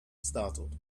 startled